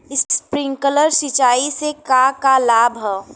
Sprinkler सिंचाई से का का लाभ ह?